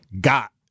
got